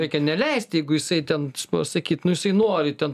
reikia neleisti jeigu jisai ten pasakyt nu jisai nori ten